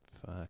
Fuck